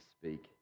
speak